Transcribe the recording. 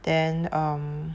then um